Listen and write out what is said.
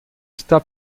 está